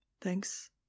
Thanks